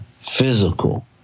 physical